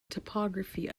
topography